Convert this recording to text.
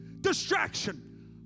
Distraction